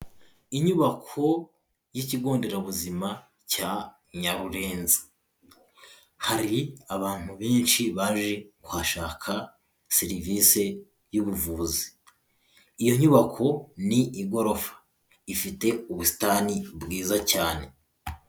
Inyubako y'ikigo nderabuzima cya Nyarurenzi, hari abantu benshi baje kuhashaka serivisi y'ubuvuzi, iyo nyubako ni igorofa ifite ubusitani bwiza cyane.